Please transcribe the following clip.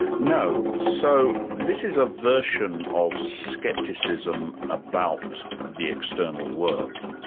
no. so this is a version of scepticism about the external world.